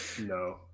No